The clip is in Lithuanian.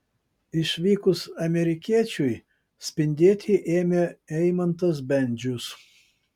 išvykus amerikiečiui spindėti ėmė eimantas bendžius